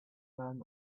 ran